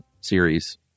series